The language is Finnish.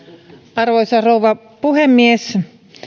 arvoisa rouva puhemies